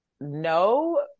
no